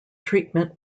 treatment